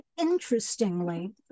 Interestingly